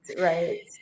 right